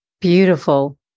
Beautiful